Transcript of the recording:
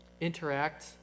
interact